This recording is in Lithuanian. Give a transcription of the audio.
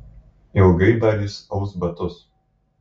ilgai dar jis aus batus